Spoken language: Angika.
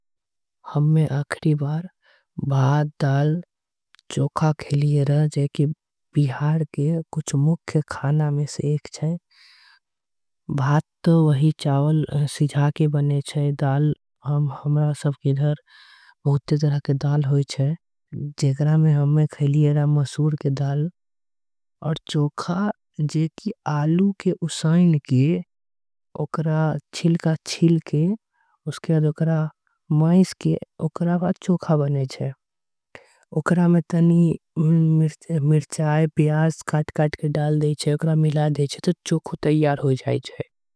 हम आखिरी बार भात दाल चोखा खाइली रहल जो। कि बिहार के मुख्य खाना में से एक छे भात तो उही। चावल के बने छे दाल सबके घर में बने छे हम खाईले। रहल मसूर के दाल आऊ चोखा जे आलू के उसइन। के ओकरा छिलका छिल के ओकरा मैस करीके। चोखा बने छे ओकरा में तनी मिर्ची प्याज काट। के मिलाई जाई छे त चोखा तैयार होई छे।